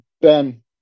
Ben